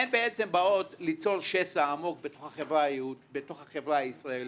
הן בעצם באות ליצור שסע עמוק בתוך החברה הישראלית.